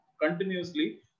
continuously